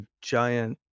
giant